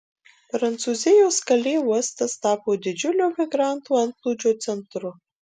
prancūzijos kalė uostas tapo didžiulio migrantų antplūdžio centru